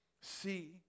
see